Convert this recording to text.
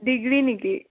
degree নেকি